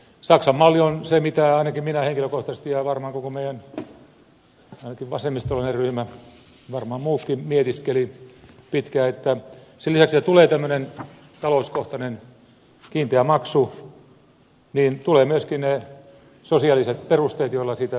saksan malli on se mitä ainakin minä henkilökohtaisesti ja varmaan ainakin koko meidän vasemmistolainen ryhmämme ja varmaan muutkin mietiskelivät pitkään että sen lisäksi että tulee talouskohtainen kiinteä maksu tulevat myöskin ne sosiaaliset perusteet joilla siitä maksusta vapautetaan